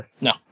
No